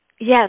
Yes